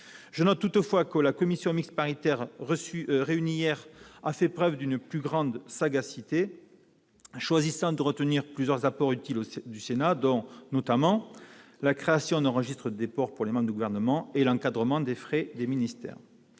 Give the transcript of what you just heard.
Je note toutefois que la commission mixte paritaire réunie hier a fait preuve de plus de sagacité, choisissant de retenir plusieurs apports utiles du Sénat dont, notamment, la création d'un registre des déports pour les membres du Gouvernement et l'encadrement des frais des ministères.